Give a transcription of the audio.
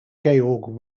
georg